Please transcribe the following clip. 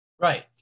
Right